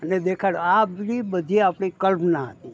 અને દેખાડો આપની બધી આપણી કલ્પના હતી